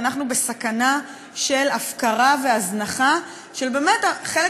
ואנחנו בסכנה של הפקרה והזנחה של חלק